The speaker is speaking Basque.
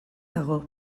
dago